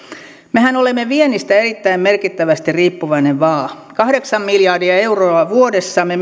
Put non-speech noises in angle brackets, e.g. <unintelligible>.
mehän olemme viennistä erittäin merkittävästi riippuvainen maa kahdeksan miljardia euroa vuodessa me <unintelligible>